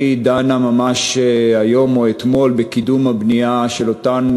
דנה ממש היום או אתמול בקידום הבנייה של אותן